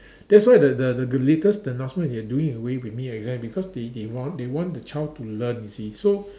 that's why the the the the latest the announcement they are doing away with mid year exam because they they want they want the child to learn you see so